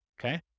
Okay